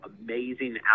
amazing